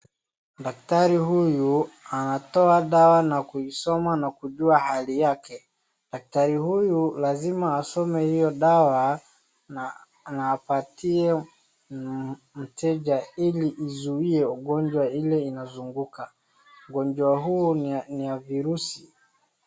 Daktari huyu anatoa dawa na kuisoma na kujua hali yake. Daktari huyu lazima asome hio dawa na apatie mteja ili izuie ugonjwa ile inazunguka. Ugonjwa huu ni ya virusi.